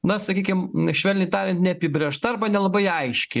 na sakykim švelniai tariant neapibrėžta arba nelabai aiški